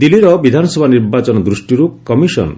ଦିଲ୍ଲୀର ବିଧାନସଭା ନିର୍ବାଚନ ଦୂଷ୍ଟିରୁ କମିଶନ